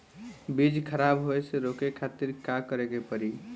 बीज खराब होए से रोके खातिर का करे के पड़ी?